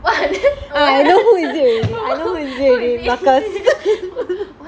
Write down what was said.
I know who is it already I know who is it marcus